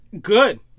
Good